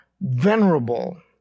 venerable